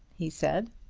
he said.